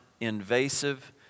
invasive